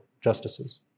justices